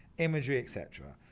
imagery, et cetera,